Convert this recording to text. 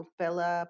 pela